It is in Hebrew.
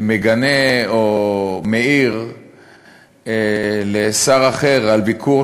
מגנה או מעיר לשר אחר על ביקור,